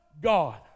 God